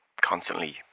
constantly